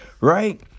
Right